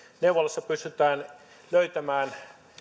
neuvolassa pystytään löytämään